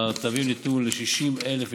התווים ניתנו ל-60,000 משפחות,